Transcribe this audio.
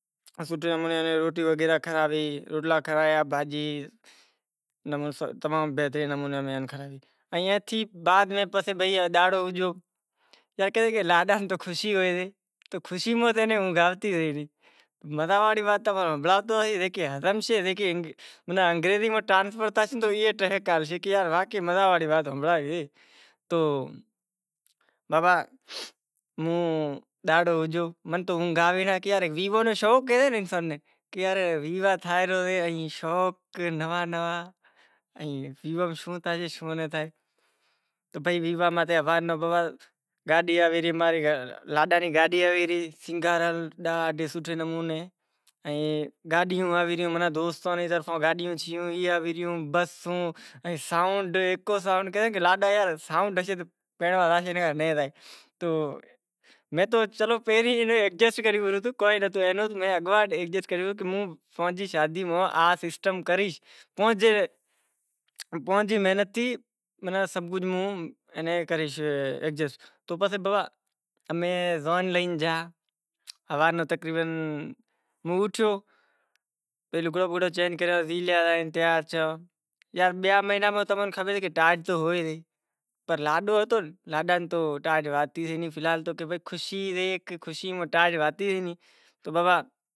دہاڑو اوگو منیں اونگھ آوے ناں تو ویواہ نو شوق سے مناں اونگھ ناں آوے دہاڑو اوگو تو گڈیوں آیوں ریوں سائونڈ کہے کہ لاڈا یار سائونڈ ہوشے تو پیرنڑوا زاشے موں ایڈجسٹ کریو رو کہ موں پانجی شادی ماں آ سسٹم کریش پانجی محنت تھی سبھ کجھ موں اینے کریش ایڈجسٹ پسے بابا امیں جان لے گیا لگڑا چینج کریا پنڑ لاڈاں ناں ٹارچ ہوتی نہیں بابا خوشی سے۔